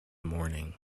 morning